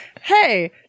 hey